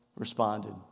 Responded